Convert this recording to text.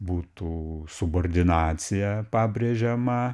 būtų subordinacija pabrėžiama